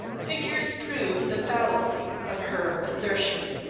figures prove the fallacy of her assertion.